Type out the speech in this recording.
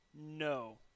No